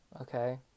okay